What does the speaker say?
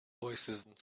voicesand